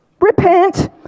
Repent